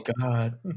God